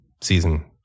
season